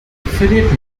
verliert